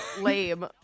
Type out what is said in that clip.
lame